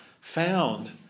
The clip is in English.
Found